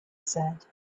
said